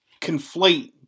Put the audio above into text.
conflate